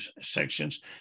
sections